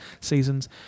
seasons